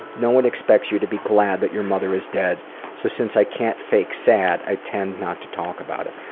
no one expects you to be glad when but your mother is dead so since i can't fake sad, i tend not to talk about it.